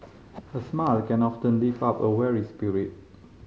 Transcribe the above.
a smile can often lift up a weary spirit